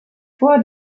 vor